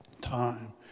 Time